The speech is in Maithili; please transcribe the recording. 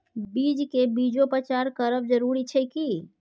बीज के बीजोपचार करब जरूरी अछि की?